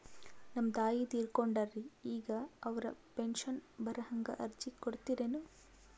ನಮ್ ತಾಯಿ ತೀರಕೊಂಡಾರ್ರಿ ಈಗ ಅವ್ರ ಪೆಂಶನ್ ಬರಹಂಗ ಅರ್ಜಿ ಕೊಡತೀರೆನು?